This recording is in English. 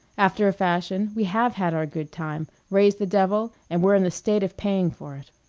after a fashion, we have had our good time, raised the devil, and we're in the state of paying for it.